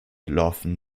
laufen